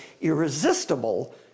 irresistible